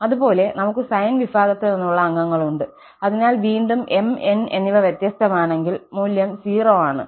അതുപോലെ നമുക് സൈൻ വിഭാഗത്തിൽ നിന്നുള്ള അംഗങ്ങളുണ്ട് അതിനാൽ വീണ്ടും m n എന്നിവ വ്യത്യസ്തമാണെങ്കിൽ മൂല്യം 0 ആണ്